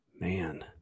Man